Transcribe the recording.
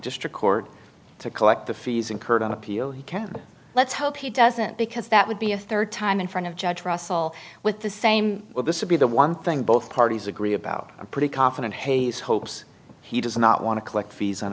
district court to collect the fees incurred on appeal he can let's hope he doesn't because that would be a third time in front of judge russell with the same this is be the one thing both parties agree about i'm pretty confident hayes hopes he does not want to collect fees on